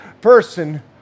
person